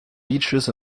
reaches